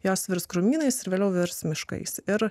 jos virs krūmynais ir vėliau virs miškais ir